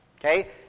okay